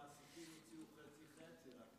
אפילו המעסיקים הציעו חצי-חצי.